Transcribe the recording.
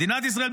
מדינת ישראל,